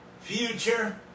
future